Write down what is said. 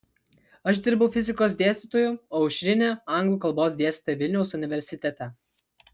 aš dirbau fizikos dėstytoju o aušrinė anglų kalbos dėstytoja vilniaus universitete